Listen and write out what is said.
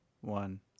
one